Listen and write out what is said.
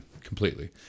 completely